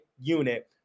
unit